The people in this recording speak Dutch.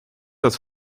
dat